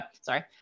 sorry